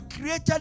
created